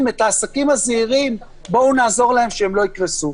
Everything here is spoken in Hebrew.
הגדולים, מקריסה.